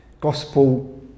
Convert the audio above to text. gospel